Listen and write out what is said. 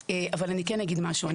אבל אני כאן אגיד משהו.